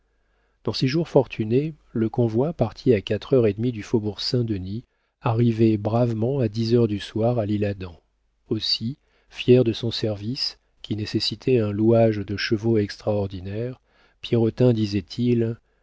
dans ces jours fortunés le convoi parti à quatre heures et demie du faubourg saint-denis arrivait bravement à dix heures du soir à l'isle-adam aussi fier de son service qui nécessitait un louage de chevaux extraordinaire pierrotin disait-il